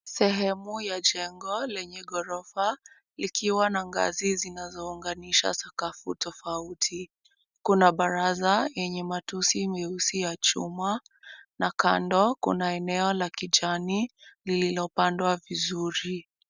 Sehemu ya jengo lenye ghorofa likiwa na ngazi zinazounganisha sakafu tofauti. Kuna baraza yenye matusi meusi ya chuma na kando kuna eneo la kijani lililopandwa vizuri.